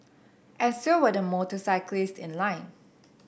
and so were the motorcyclists in line